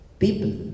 people